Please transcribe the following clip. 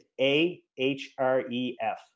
A-H-R-E-F